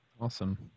awesome